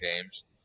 games